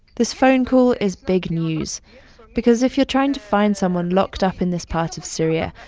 this phone call is big news because if you're trying to find someone locked up in this part of syria,